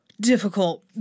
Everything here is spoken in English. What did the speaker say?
difficult